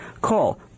Call